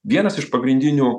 vienas iš pagrindinių